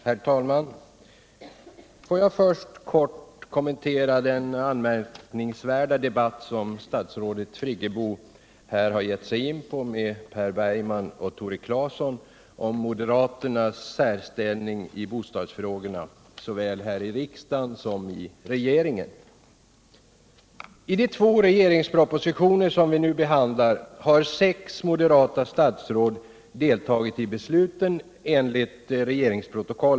Herr talman! Låt mig först kort kommentera den anmärkningsvärda debatt som statsrådet Friggebo här tagit upp med Per Bergman och Tore Claeson om moderaternas särställning i bostadsfrågorna såväl här i riksdagen som i regeringen. I de två regeringspropositioner som vi nu behandlar nar enligt regeringsprotokollet sex moderata statsråd deltagit i besluten.